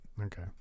Okay